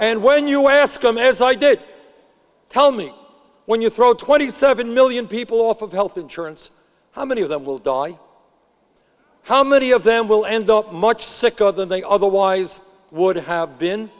and when you ask them as i did tell me when you throw twenty seven million people off of health insurance how many of them will die how many of them will end up much sicker than they otherwise would have been